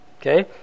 Okay